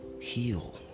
heal